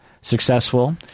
successful